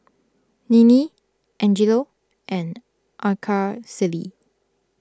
Ninnie Angelo and Araceli